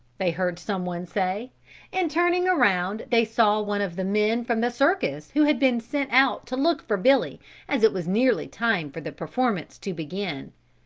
they heard someone say and turning around they saw one of the men from the circus who had been sent out to look for billy as it was nearly time for the performance to begin.